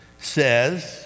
says